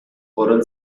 oral